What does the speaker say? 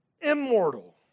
immortal